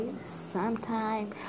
sometime